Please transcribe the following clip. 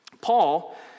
Paul